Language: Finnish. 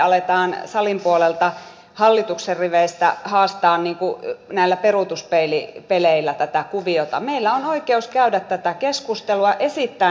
tällä tuetaan peruskoulun päättäneitten nuorten koulutuspolkua työelämään ja näläperuutuspeilipeleillä tätä kuviota meillä on oikeus käydä tätä ennaltaehkäistään syrjäytymiskehitystä